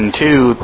two